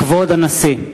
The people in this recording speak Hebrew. כבוד הנשיא!